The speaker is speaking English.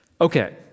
Okay